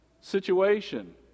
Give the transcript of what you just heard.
situation